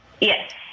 Yes